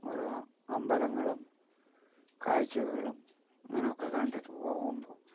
ഓരോ അമ്പലങ്ങളും കാഴ്ചകളും അങ്ങനൊക്കെ കണ്ടിട്ട് പോകുമ്പോൾ